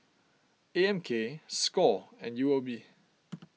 A M K Score and U O B